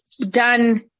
done